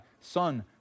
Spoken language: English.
son